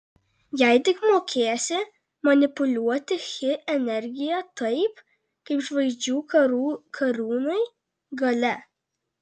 jei tik mokėsi manipuliuoti chi energija taip kaip žvaigždžių karų kariūnai galia